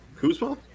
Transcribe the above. Kuzma